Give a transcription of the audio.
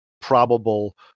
probable